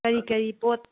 ꯀꯔꯤ ꯀꯔꯤ ꯄꯣꯠ